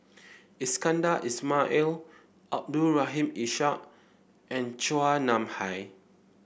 Iskandar Ismail Abdul Rahim Ishak and Chua Nam Hai